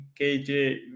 KJ